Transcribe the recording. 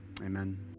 amen